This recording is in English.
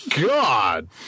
God